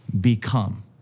Become